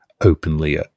openly